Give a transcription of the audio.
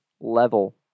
level